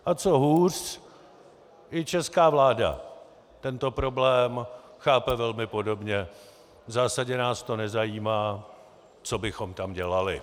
A co hůř, i česká vláda tento problém chápe velmi podobně: V zásadě nás to nezajímá, co bychom tam dělali.